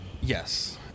Yes